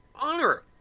honor